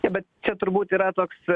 bet čia turbūt yra toks